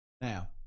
now